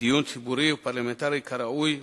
דיון ציבורי ופרלמנטרי כראוי וכנהוג.